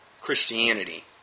Christianity